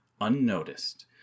unnoticed